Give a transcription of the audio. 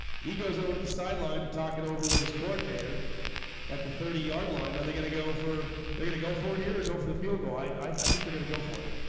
he goes over to the sideline to talk it over with his coordinator at the thirty yard line are they gonna go for they're gonna go for it here or go for the field goal. i i think they're gonna go for it.